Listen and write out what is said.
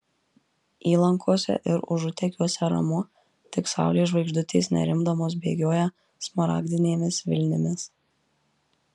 įlankose ir užutekiuose ramu tik saulės žvaigždutės nerimdamos bėgioja smaragdinėmis vilnimis